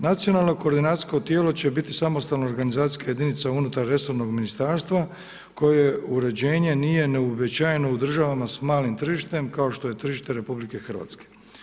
Nacionalno koordinacijsko tijelo će biti samostalna organizacijska jedinica unutar resornog ministarstva koje uređenje nije neuobičajeno u državama s malim tržištem kao što je tržište RH.